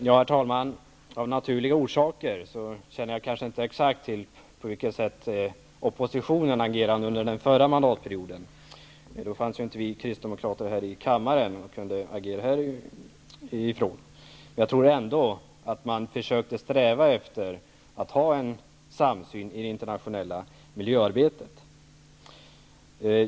Herr talman! Av naturliga orsaker känner jag kanske inte till exakt på vilket sätt oppositionen agerade under den förra mandatperioden. Då fanns nämligen inte Kristdemokraterna här i riksdagen och kunde därför inte agera härifrån. Jag tror ändå att man försökte sträva efter att ha en samsyn i det internationella miljöarbetet.